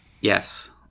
Yes